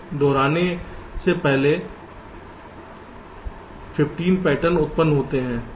दोहराने से पहले 15 पैटर्न उत्पन्न होते हैं